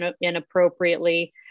inappropriately